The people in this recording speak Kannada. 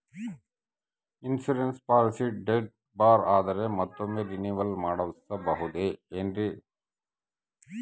ಇನ್ಸೂರೆನ್ಸ್ ಪಾಲಿಸಿ ಡೇಟ್ ಬಾರ್ ಆದರೆ ಮತ್ತೊಮ್ಮೆ ರಿನಿವಲ್ ಮಾಡಿಸಬಹುದೇ ಏನ್ರಿ?